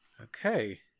okay